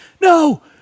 no